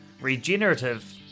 regenerative